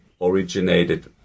originated